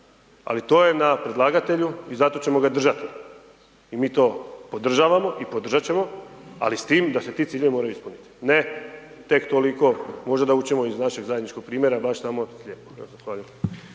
Ali to je na predlagatelju i zato ćemo ga držati. I mi to podržavamo i podržat ćemo, ali s tim da se ti ciljevi moraju ispuniti. Ne tek toliko možda da učimo iz našeg zajedničkog primjera baš tamo je.